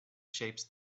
shapes